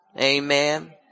Amen